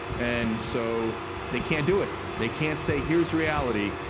and so they can't do it. they can't say here's reality.